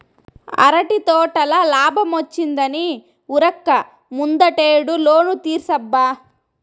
అరటి తోటల లాబ్మొచ్చిందని ఉరక్క ముందటేడు లోను తీర్సబ్బా